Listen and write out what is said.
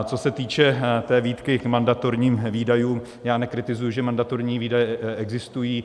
Co se týče výtky k mandatorním výdajům, já nekritizuji, že mandatorní výdaje existují.